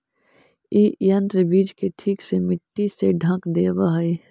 इ यन्त्र बीज के ठीक से मट्टी से ढँक देवऽ हई